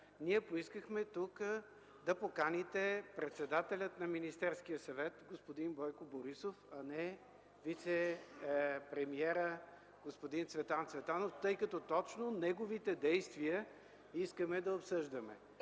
Ние поискахме да поканите тук председателя на Министерския съвет господин Бойко Борисов, а не вицепремиера господин Цветан Цветанов, тъй като точно неговите действия искаме да обсъждаме.